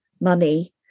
money